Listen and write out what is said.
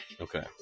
Okay